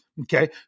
Okay